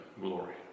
glory